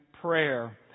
prayer